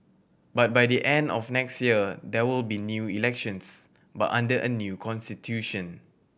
but by the end of next year there will be new elections but under a new constitution